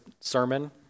sermon